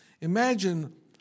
Imagine